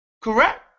Correct